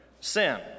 sin